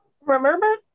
Remember